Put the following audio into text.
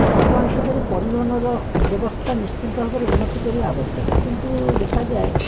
ବର୍ତ୍ତମାନ ଯୁଗରେ ପରିବହନର ବ୍ୟବସ୍ଥା ନିଶ୍ଚିତ ଭାବରେ ଉନ୍ନତି କରିବା ଆବଶ୍ୟକ କିନ୍ତୁ ଦେଖାଯାଏ